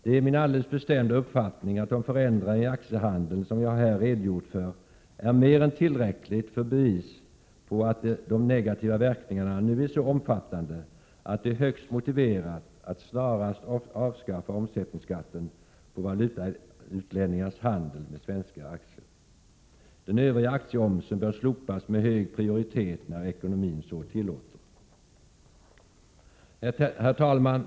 Det är min alldeles bestämda uppfattning att de förändringar i aktiehandeln som jag här redogjort för är mer än tillräckligt för att bevisa att de negativa verkningarna nu är så omfattande, att det är högst motiverat att snarast avskaffa omsättningsskatten på valutautlänningars handel med svenska aktier. Den övriga aktieomsen bör slopas med hög prioritet när ekonomin så tillåter. Herr talman!